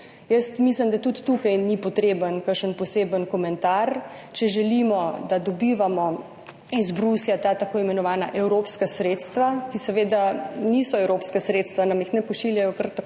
EU. Mislim, da tudi tukaj ni potreben kakšen poseben komentar. Če želimo, da dobivamo iz Bruslja tako imenovana evropska sredstva, ki seveda niso evropska sredstva, nam jih ne pošiljajo kar tako,